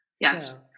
yes